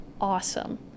awesome